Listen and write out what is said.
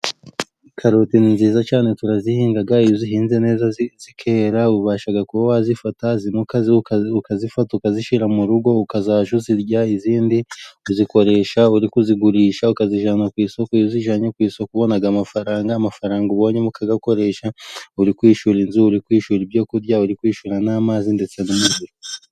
Karoti ni nziza cyane turazihinga. Iyo uzihinze neza zikera ubasha kuba wazifata, zimwe ukazifata ukazishyira mu rugo ukazajya uzirya, izindi ukazikoresha uri kuzigurisha ukazijyana ku isoko. Iyo uzijyanye ku isoko ubona amafaranga, amafaranga ubonyemo ukayakoresha uri kwishyura inzu, uri kwishyura ibyo kurya, uri kwishyura n'amazi ndetse n'umuriro.